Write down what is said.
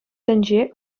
тӗнче